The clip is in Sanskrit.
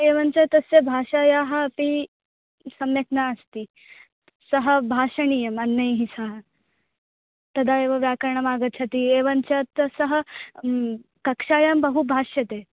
एवञ्च तस्य भाषायाः अपि सम्यक् नास्ति सः भाषणीयम् अन्यैः सह तदा व्याकरणमागच्छति एवञ्च त सः कक्षायां बहु भाषते